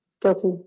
Guilty